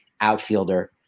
outfielder